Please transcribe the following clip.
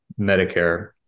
Medicare